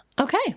okay